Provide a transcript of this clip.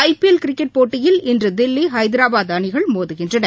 ஐ PL cricket போட்டியில் இன்றுதில்லி ஹைதராபாத் அணிகள் மோதுகின்றன